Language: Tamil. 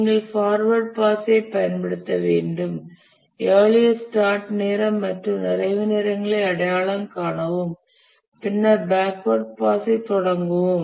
நீங்கள் ஃபார்வேர்டு பாஸைப் பயன்படுத்த வேண்டும் இயர்லியஸ்ட்ஸ்டார்ட் நேரம் மற்றும் நிறைவு நேரங்களை அடையாளம் காணவும் பின்னர் பேக்வேர்ட் பாஸைத் தொடங்கவும்